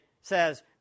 says